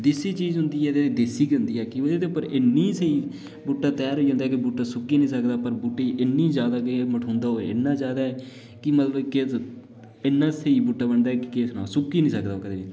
देसी चीज़ होंदी ऐ ते देसी गै होंदी ऐ कि'यां कि एह्दे उप्पर इन्नी स्हेई बूह्टा त्यार होई जंदा ऐ के बूह्टा सुक्की नेई सकदा पर बूह्टा इन्ना ज्यादा गै मठोंदा होऐ ते इन्ना ज्यादे कि के मतलब इन्ना स्हेई बूह्टा बनदा ऐ कि केह् सनां सुक्की नी सकदा कदें बी